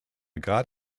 got